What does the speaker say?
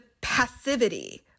passivity